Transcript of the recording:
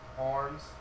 arms